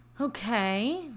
Okay